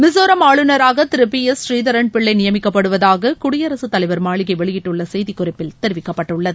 மிசோரம் ஆளுநராக திரு P S Sreedharan Pillai நியமிக்கப்படுவதாக குடியரசுத் தலைவர் மாளிகை வெளியிட்டுள்ள செய்திகுறிப்பில் தெரிவிக்கப்பட்டுள்ளது